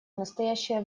настоящее